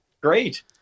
Great